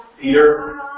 Peter